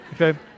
Okay